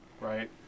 right